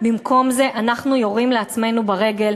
במקום זה אנחנו יורים לעצמנו ברגל,